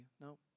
No